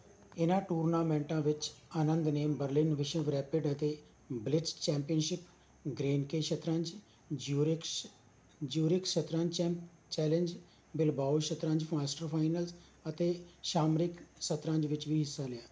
ਇਨ੍ਹਾਂ ਟੂਰਨਾਮੈਂਟਾਂ ਵਿੱਚ ਆਨੰਦ ਨੇ ਬਰਲਿਨ ਵਿਸ਼ਵ ਰੈਪਿਡ ਅਤੇ ਬਲਿਟਜ਼ ਚੈਂਪੀਅਨਸ਼ਿਪ ਗ੍ਰੇਨਕੇ ਸ਼ਤਰੰਜ ਜਿਊਰਿਖਜ਼ ਜਿਊਰਿਖਜ਼ ਸ਼ਤਰੰਜ ਚੈਂਪ ਚੈਲੰਜ ਬਿਲਬਾਓ ਸ਼ਤਰੰਜ ਮਾਸਟਰਜ਼ ਫਾਈਨਲ ਅਤੇ ਸ਼ਾਮਰਿਕ ਸ਼ਤਰੰਜ ਵਿੱਚ ਵੀ ਹਿੱਸਾ ਲਿਆ